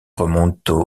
remontent